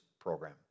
program